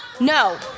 No